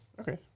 Okay